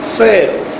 sale